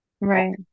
Right